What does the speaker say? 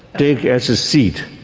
take as a seed.